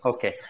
Okay